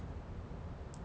it's becasue